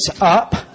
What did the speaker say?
up